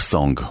Song